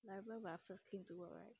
like I wear my first thing to work right